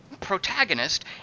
protagonist